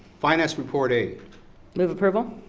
finance reporting. move approval.